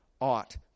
Ought